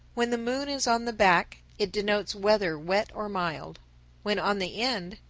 when the moon is on the back, it denotes weather wet or mild when on the end,